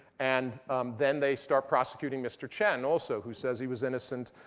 and then they start prosecuting mr. chen also, who says he was innocent,